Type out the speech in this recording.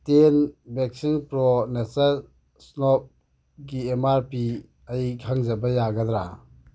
ten ꯕꯦꯛꯁꯤꯡ pro nature ꯒꯤ M R P ꯑꯩ ꯈꯪꯖꯕ ꯌꯥꯒꯗ꯭ꯔꯥ